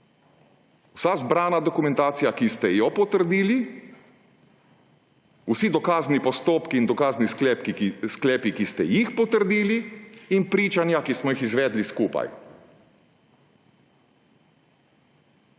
Vsa zbrana dokumentacija, ki ste jo potrdili, vsi dokazni postopki in dokazni sklepi, ki ste jih potrdili, in pričanja, ki smo jih izvedli skupaj.